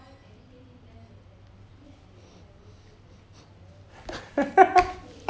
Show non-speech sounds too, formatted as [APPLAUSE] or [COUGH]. [LAUGHS]